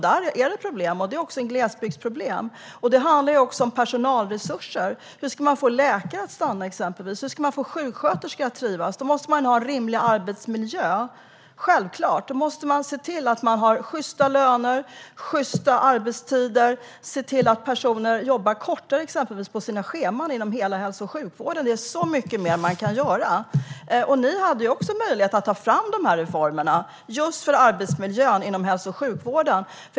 Där är det problem, och det är också glesbygdsproblem. Det handlar om personalresurser. Hur ska man exempelvis få läkare att stanna? Hur ska man få sjuksköterskor att trivas? Man måste självklart ha en rimlig arbetsmiljö. Man måste också se till att ha sjysta löner, sjysta arbetstider och att personer jobbar kortare på sina scheman inom hela hälso och sjukvården. Det är så mycket mer man kan göra. Ni hade också möjlighet att ta fram de här reformerna just för arbetsmiljön inom hälso och sjukvården.